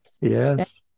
Yes